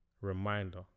reminder